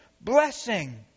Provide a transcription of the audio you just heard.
blessing